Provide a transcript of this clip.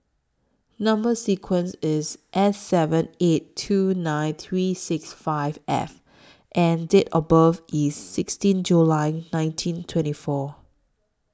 Number sequence IS S seven eight two nine three six five F and Date of birth IS sixteen July nineteen twenty four